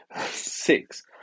Six